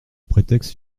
prétexte